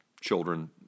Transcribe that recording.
children